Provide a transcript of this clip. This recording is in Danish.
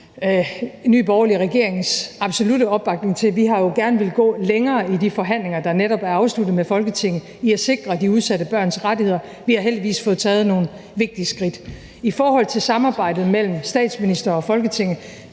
Nye Borgerlige regeringens absolutte opbakning til. Vi har jo gerne villet gå længere i de forhandlinger, der netop er afsluttet med Folketinget, for at sikre de udsatte børns rettigheder. Vi har heldigvis fået taget nogle vigtige skridt. I forhold til samarbejdet mellem statsminister og Folketinget